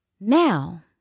Now